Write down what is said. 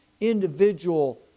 individual